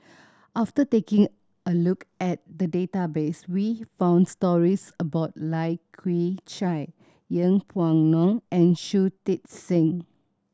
after taking a look at the database we found stories about Lai Kew Chai Yeng Pway Ngon and Shui Tit Sing